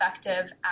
effective